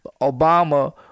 Obama